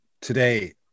today